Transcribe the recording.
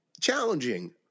challenging